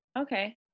Okay